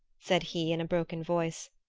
said he in a broken voice,